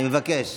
אני מבקש.